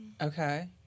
Okay